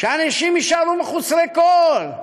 שאנשים יישארו מחוסרי כול.